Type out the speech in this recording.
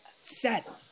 set